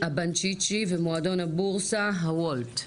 ומועדון הבורסה, הוולווט.